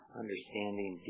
understanding